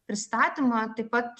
pristatymą taip pat